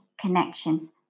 connections